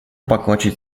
покончить